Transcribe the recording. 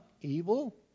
evil